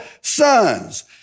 sons